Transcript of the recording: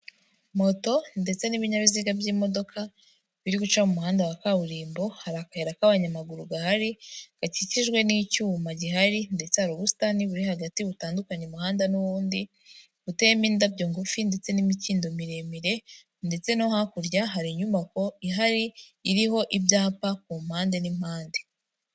Moto ndetse n'ibinyabiziga by'imodoka biri guca mu muhanda wa kaburimbo, hari akayira k'abanyamaguru gahari gakikijwe n'icyuma gihari, ndetse hari ubusitani buri hagati butandukanye umuhanda n'undi, buteyemo indabyo ngufi ndetse n'imikindo miremire ndetse no hakurya hari inyubako ihari iriho ibyapa ku mpande n'impande.